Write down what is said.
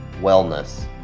wellness